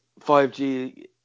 5G